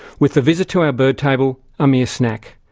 with the visit to our bird table a mere snack.